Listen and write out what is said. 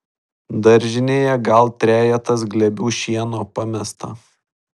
daržinėje gal trejetas glėbių šieno pamesta